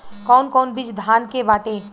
कौन कौन बिज धान के बाटे?